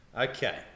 Okay